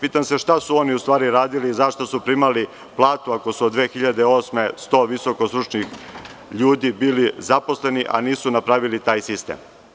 Pitam se šta su oni u stvari radili, zašto su primali platu, ako su od 2008. godine, sto visoko stručnih ljudi bili zaposleni, a nisu napravili taj sistem?